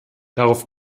darauf